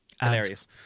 Hilarious